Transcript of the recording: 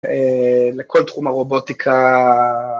אה... לכל תחום הרובוטיקה ה...